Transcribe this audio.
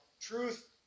truth